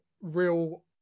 real